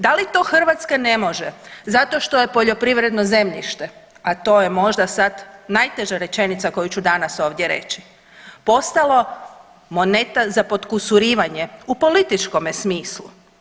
Da li to Hrvatska ne može zato što je poljoprivredno zemljište, a to je možda sada najteža rečenica koju ću danas ovdje reći, postalo moneta za potkusurivanje u političkome smislu?